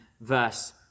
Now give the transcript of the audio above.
verse